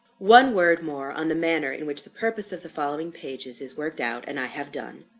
one word more on the manner in which the purpose of the following pages is worked out and i have done.